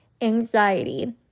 anxiety